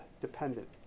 dependent